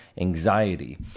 anxiety